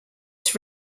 its